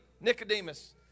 Nicodemus